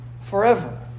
forever